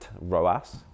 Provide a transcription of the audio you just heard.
ROAS